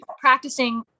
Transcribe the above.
practicing